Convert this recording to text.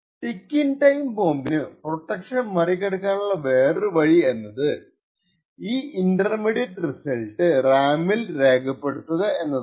ticking time ബോംബിനു protection മറികടക്കാനുള്ള വേറൊരു വഴി എന്നത് ഈ ഇന്റർമീഡിയറ്റ് റിസൾട്ട് RAM ൽ രേഖപ്പെടുത്തുകയാണ്